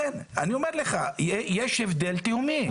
אין, אני אומר לך, יש הבדל תהומי.